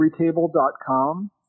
everytable.com